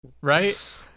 right